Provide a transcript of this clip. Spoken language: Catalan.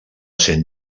sent